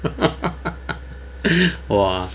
!wah!